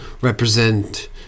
represent